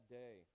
day